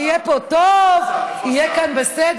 הרי יהיה פה טוב, יהיה כאן בסדר.